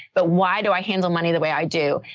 but why do i handle money the way i do?